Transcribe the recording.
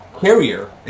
carrier